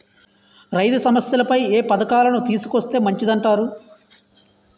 రైతు సమస్యలపై ఏ పథకాలను తీసుకొస్తే మంచిదంటారు?